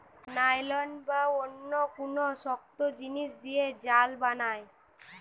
nylon বা অন্য কুনু শক্ত জিনিস দিয়ে জাল বানায়